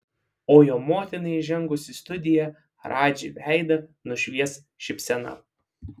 o jo motinai įžengus į studiją radži veidą nušvies šypsena